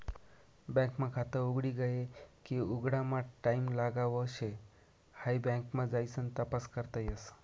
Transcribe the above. bank मा खात उघडी गये की उघडामा टाईम लागाव शे हाई बँक मा जाइसन तपास करता येस